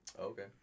okay